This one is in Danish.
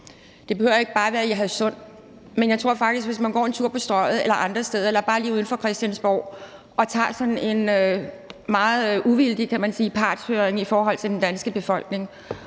det behøver ikke bare være i Hadsund, men jeg tror faktisk, hvis man går en tur på Strøget eller andre steder eller bare lige uden for Christiansborg og tager sådan en meget uvildig, kan man sige, partshøring i forhold til den danske befolkning